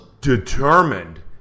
determined